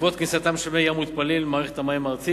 בעקבות כניסתם של מי ים מותפלים למערכת המים הארצית.